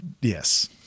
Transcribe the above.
Yes